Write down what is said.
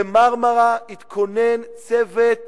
ב"מרמרה" התכונן צוות